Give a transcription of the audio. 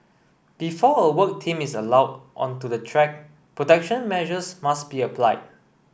before a work team is allowed onto the track protection measures must be applied